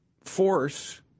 force